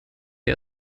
wir